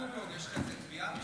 אלמוג, יש לך איזו תביעה בשבילנו,